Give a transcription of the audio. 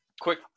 Quick